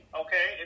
okay